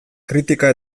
kritika